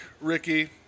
Ricky